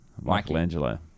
Michelangelo